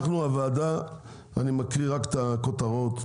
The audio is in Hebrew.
אנחנו הוועדה אני מקריא רק את הכותרות.